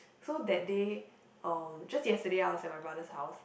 so that day um just yesterday I was at my brother's house